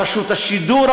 רשות השידור,